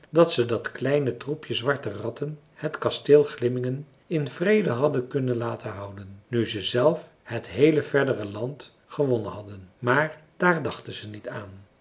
dat ze dat kleine troepje zwarte ratten het kasteel glimmingen in vrede hadden kunnen laten houden nu ze zelf het heele verdere land gewonnen hadden maar daar dachten ze niet aan